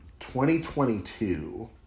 2022